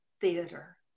Theater